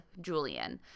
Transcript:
Julian